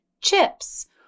chips